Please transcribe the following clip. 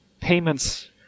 payments